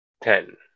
Ten